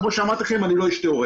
כמו שאמרתי לכם, אני לא איש תאורטי.